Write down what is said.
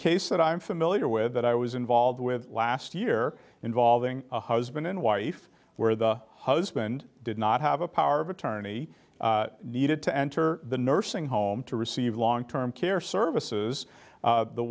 case that i'm familiar with that i was involved with last year involving a husband and wife where the husband did not have a power of attorney needed to enter the nursing home to receive long term care services